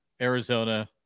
arizona